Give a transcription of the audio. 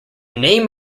name